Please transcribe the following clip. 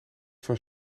van